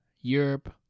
Europe